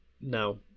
no